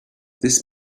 this